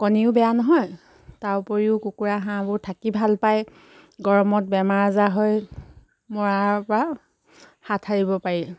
কণীও বেয়া নহয় তাৰ উপৰিও কুকুৰা হাঁহবোৰ থাকি ভাল পায় গৰমত বেমাৰ আজাৰ হৈ মৰাৰ পৰা হাত সাৰিব পাৰি